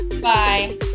bye